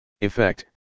Effect